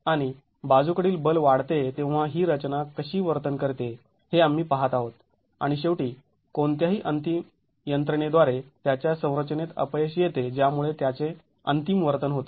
आणि बाजूकडील बल वाढते तेव्हा ही रचना कशी वर्तन करते हे आम्ही पहात आहोत आणि शेवटी कोणत्याही अंतिम यंत्रणेद्वारे त्याच्या संरचनेत अपयश येते ज्यामुळे त्याचे अंतिम वर्तन होते